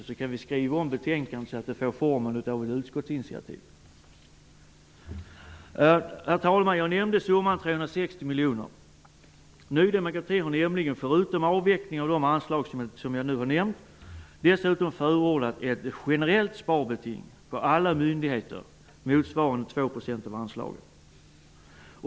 Då kan betänkandet skrivas om så att förslaget får formen av ett utskottsinitiativ. Herr talman! Jag nämnde summan 360 miljoner kronor. Ny demokrati har nämligen förutom avvecklingen av de anslag jag har nämnt dessutom förordat ett generellt sparbeting hos alla myndigheter motsvarande 2 % av anslaget.